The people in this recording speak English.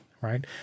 right